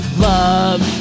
love